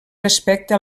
respecte